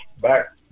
back